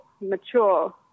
mature